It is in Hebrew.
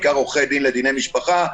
בעיקר עורכי דין לדיני משפחה,